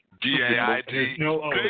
D-A-I-D